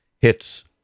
hits